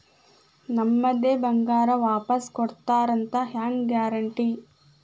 ನಮ್ಮದೇ ಬಂಗಾರ ವಾಪಸ್ ಕೊಡ್ತಾರಂತ ಹೆಂಗ್ ಗ್ಯಾರಂಟಿ?